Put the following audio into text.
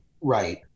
Right